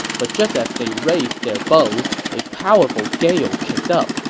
but just as they raised their bows, a powerful gale kicked up,